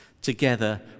together